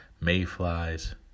mayflies